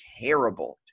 terrible